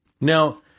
Now